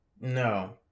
No